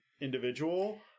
individual